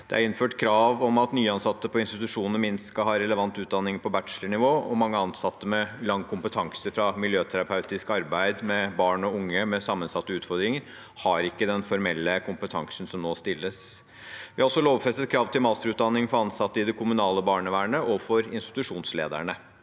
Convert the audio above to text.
Det er innført krav om at nyansatte på institusjoner minst skal ha relevant utdanning på bachelornivå, men mange ansatte med lang kompetanse fra miljøterapeutisk arbeid med barn og unge med sammensatte utfordringer har ikke den formelle kompetansen som det nå stilles krav om. Vi har også lovfestet krav til masterutdanning for ansatte i det kommunale barnevernet og for institusjonslederne.